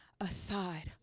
aside